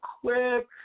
quick